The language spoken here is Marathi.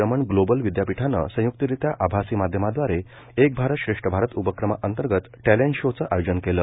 रमन ग्लोबल विदयापीठानं संय्क्तरित्या आभासी माध्यमांदवारे एक भारत श्रेष्ठ भारत उपक्रमा अंतर्गत टॅलन्ट शो चं आयोजन केलं